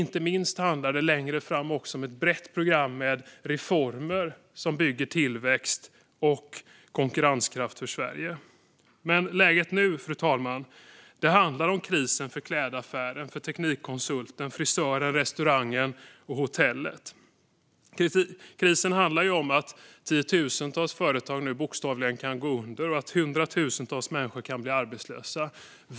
Inte minst handlar det längre fram om ett brett program med reformer som bygger tillväxt och konkurrenskraft för Sverige. Men, fru talman, i nuläget handlar det om krisen för klädaffären, teknikkonsulten, frisören, restaurangen och hotellet. Krisen handlar om att tiotusentals företag nu bokstavligen kan gå under och att hundratusentals människor kan bli arbetslösa.